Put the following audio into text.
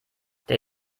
der